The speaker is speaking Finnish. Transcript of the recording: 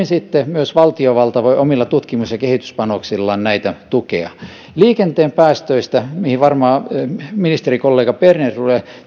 sitten myös valtiovalta voi omilla tutkimus ja kehityspanoksillaan näitä tukea liikenteen päästöistä mihin varmaan ministerikollega berner